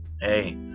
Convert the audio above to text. hey